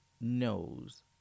knows